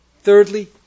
Thirdly